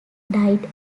died